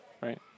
right